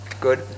Good